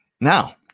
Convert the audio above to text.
Now